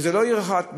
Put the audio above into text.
וזו לא עיר אחת,